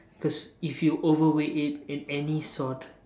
because if you overweigh it in any sort